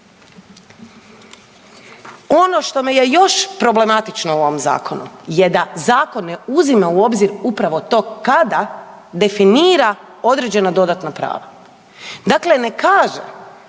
Ono što mi je još problematično u ovom zakonu je da zakon ne uzima u obzir upravo to kada definira određena dodatna prava. Dakle, ne kaže